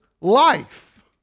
life